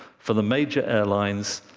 for the major airlines,